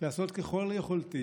לעשות ככול יכולתי